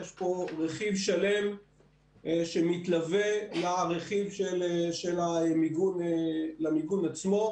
יש פה רכיב שלם שמתלווה למיגון עצמו.